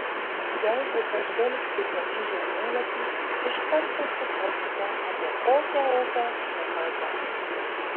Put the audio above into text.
jeigu pažvelgsite į žemėlapį iš karto suprasite apie kokią upę čia kalbama